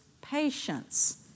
patience